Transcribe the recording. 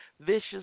vicious